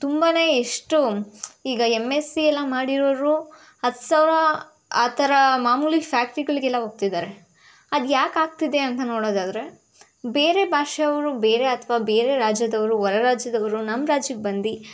ತುಂಬಾ ಎಷ್ಟು ಈಗ ಎಂ ಎಸ್ ಸಿ ಎಲ್ಲ ಮಾಡಿರೋವ್ರು ಹತ್ತು ಸಾವಿರ ಆ ಥರ ಮಾಮೂಲಿ ಫ್ಯಾಕ್ಟ್ರಿಗಳಿಗೆಲ್ಲ ಹೋಗ್ತಿದ್ದಾರೆ ಅದು ಯಾಕೆ ಆಗ್ತಿದೆ ಅಂತ ನೋಡೋದಾದರೆ ಬೇರೆ ಭಾಷೆಯವರು ಬೇರೆ ಅಥವಾ ಬೇರೆ ರಾಜ್ಯದವರು ಹೊರ ರಾಜ್ಯದವರು ನಮ್ಮ ರಾಜ್ಯಕ್ಕೆ ಬಂದು